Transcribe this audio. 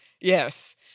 Yes